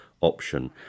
option